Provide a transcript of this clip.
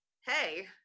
hey